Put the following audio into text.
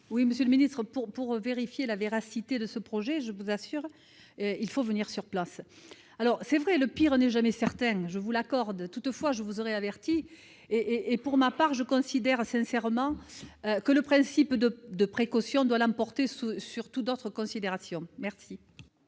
Monsieur le ministre, pour vérifier la véracité des faits, je vous assure qu'il faut venir sur place ! Le pire n'est jamais certain, je vous l'accorde ... Toutefois, je vous aurai averti ; pour ma part, je considère sincèrement que le principe de précaution doit l'emporter sur toute autre considération. La